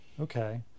okay